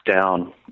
down